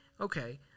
okay